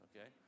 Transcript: okay